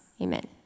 Amen